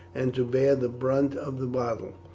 and to bear the brunt of the battle,